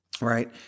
right